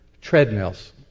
treadmills